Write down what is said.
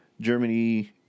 Germany